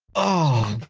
ah,